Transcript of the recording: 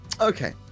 Okay